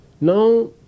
Now